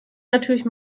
natürlich